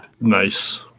Nice